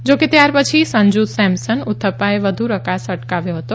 જો કે ત્યાર પછી સંજુ સેમસન ઉથપ્પાએ વધુ રકાસ અટકાવ્યો હતો